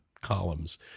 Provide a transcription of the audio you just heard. columns